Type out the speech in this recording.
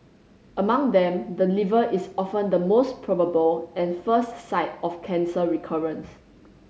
among them the liver is often the most probable and first site of cancer recurrence